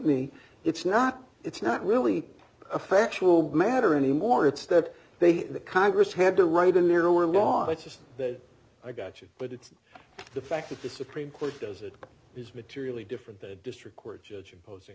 me it's not it's not really a factual matter anymore it's that they that congress had to write in there were a law it's just that i gotcha but it's the fact that the supreme court says it is materially different than a district court judge imposing